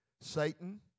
Satan